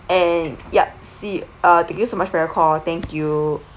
and yup see uh thank you so much for your call thank you